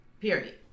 period